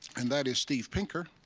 and that is steve pinker.